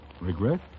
Regret